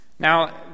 Now